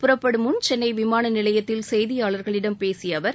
புறப்படும் முன் சென்னை விமான நிலையத்தில் செய்தியாளர்களிடம் பேசிய அவர்